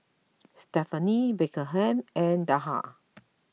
Stephenie Beckham and Dahlia